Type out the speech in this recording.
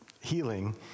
healing